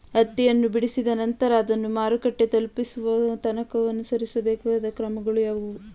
ಹತ್ತಿಯನ್ನು ಬಿಡಿಸಿದ ನಂತರ ಅದನ್ನು ಮಾರುಕಟ್ಟೆ ತಲುಪಿಸುವ ತನಕ ಅನುಸರಿಸಬೇಕಾದ ಕ್ರಮಗಳು ಯಾವುವು?